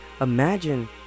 imagine